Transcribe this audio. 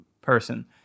person